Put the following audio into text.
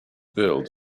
build